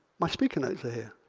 my speaker notes are here.